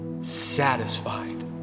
satisfied